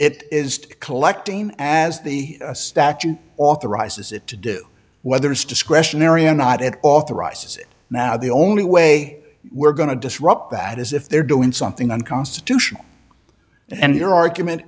it is collecting as the statute authorizes it to do whether it's discretionary and not it authorizes it now the only way we're going to disrupt that is if they're doing something unconstitutional and your argument